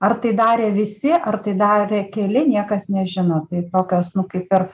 ar tai darė visi ar tai darė keli niekas nežino tai tokios nu kaip ir